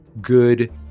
good